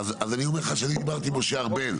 אז אני אומר לך שאני דיברתי עם משה ארבל.